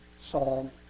psalm